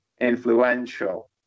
influential